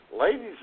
ladies